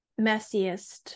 messiest